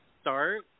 start